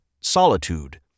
Solitude